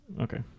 Okay